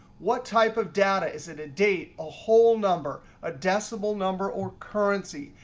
what type of data? is it a date, a whole number, a decimal number, or currency?